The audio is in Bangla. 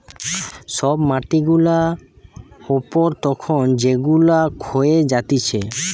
সব মাটি গুলা উপর তখন যেগুলা ক্ষয়ে যাতিছে